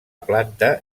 planta